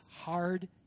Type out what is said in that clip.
hard